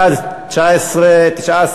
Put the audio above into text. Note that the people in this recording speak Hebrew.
בעד, 19,